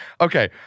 Okay